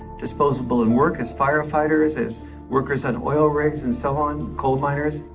disposable in work as firefighters, as workers on oil rigs and so on, coal miners.